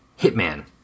Hitman